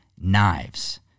knives